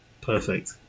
perfect